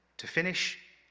to finish,